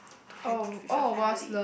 to have with your family